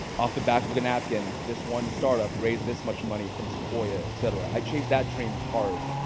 off the back of the napkin, this one start-up raised this much money from sequoia etc. i chased that dream hard.